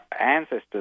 ancestors